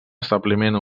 establiment